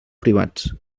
privats